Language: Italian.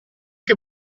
che